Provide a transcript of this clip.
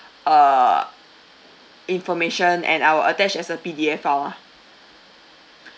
uh information and I will attach as a pdf file lah